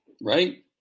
Right